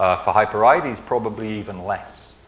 ah for hypereides, probably even less.